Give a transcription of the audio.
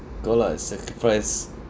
got lah I sacrifice